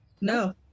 No